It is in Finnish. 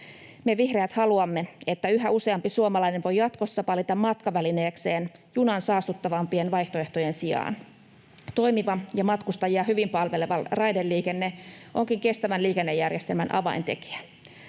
Me vihreät haluamme, että yhä useampi suomalainen voi jatkossa valita matkavälineekseen junan saastuttavimpien vaihtoehtojen sijaan. Toimiva ja matkustajia hyvin palveleva raideliikenne onkin kestävän liikennejärjestelmän avaintekijä.